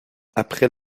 après